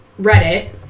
reddit